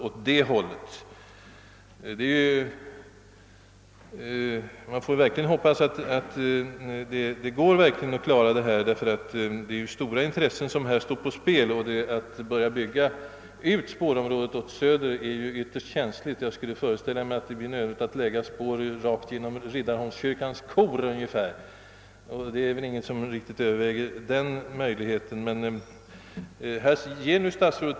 Man får nu hoppas att det verkligen kommer att bli möjligt att fullt ut klara pendeltrafiken, eftersom det är stora intressen som i detta sammanhang står på spel. Att bygga ut spårområdet söderut skulle ju också vara ett ytterst känsligt företag. Jag skulle föreställa mig att det därvid kunde bli nödvändigt att lägga spåren ungefär så, att de kom att gå rakt genom Riddarholmskyrkans kor.